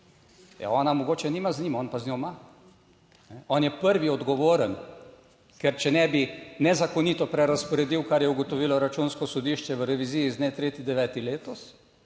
ona mogoče nima z njim, on pa z njo ima. On je prvi odgovoren. Ker če ne bi nezakonito prerazporedil, kar je ugotovilo Računsko sodišče v reviziji z dne 3. 9. letos